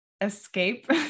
escape